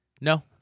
No